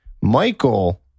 Michael